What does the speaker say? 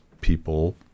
people